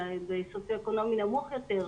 שזה סוציו אקונומי נמוך יותר.